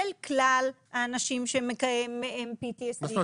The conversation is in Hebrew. כלל האנשים שעם PTSD. מה זאת אומרת?